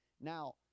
Now